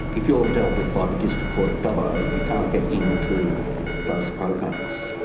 if you are dealt with by the district court at dubbo, you cannot get into those programs.